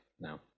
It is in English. now